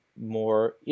more